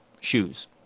shoes